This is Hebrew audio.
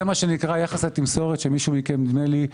זה מה שנקרא יחס התמסורת שמישהו מכם נדמה לי,